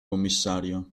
commissario